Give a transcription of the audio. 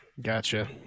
Gotcha